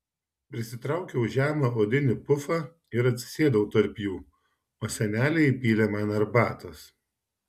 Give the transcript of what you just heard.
prisitraukiau žemą odinį pufą ir atsisėdau tarp jų o senelė įpylė man arbatos